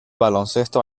baloncesto